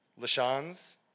Lashans